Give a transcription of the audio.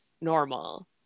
normal